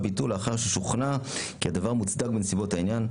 הביטול לאחר ששוכנע כי הדבר מוצדק בנסיבות העניין,